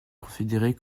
considérez